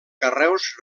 carreus